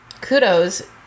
kudos